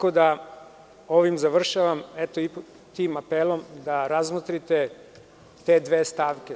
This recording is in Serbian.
Ovim završavam, tim apelom da razmotrite te dve stavke.